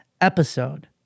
episode